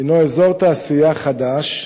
הינו אזור תעשייה חדש,